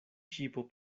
ŝipo